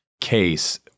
case